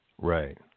Right